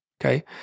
Okay